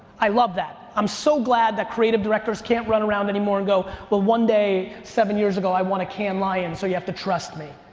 i love that. i'm so glad that creative directors can't run around anymore and go, well, one day seven years ago, i won a cannes lion, so you have to trust me.